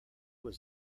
was